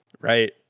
right